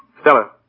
Stella